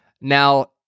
Now